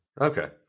Okay